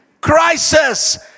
Crisis